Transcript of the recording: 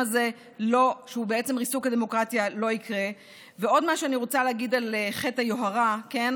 הממ"ז לא פה, כן?